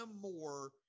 more